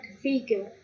figure